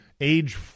age